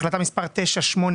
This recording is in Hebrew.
החלטה מספר 986,